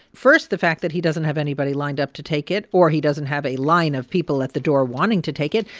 first, the fact that he doesn't have anybody lined up to take it or he doesn't have a line of people at the door wanting to take it,